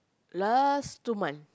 last two month